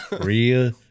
real